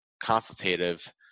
consultative